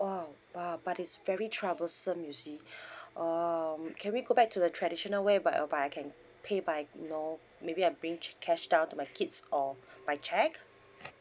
!wow! uh but it's very troublesome you see um can we go back to the traditional whereby uh where I can pay by you know maybe I bring cash down to my kids or by cheque